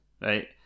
Right